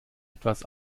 etwas